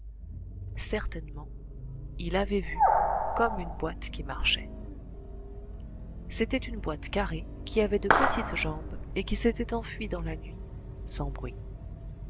certainement il avait vu comme une boîte qui marchait c'était une boîte carrée qui avait de petites jambes et qui s'était enfuie dans la nuit sans bruit